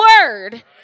word